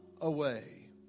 away